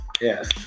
Yes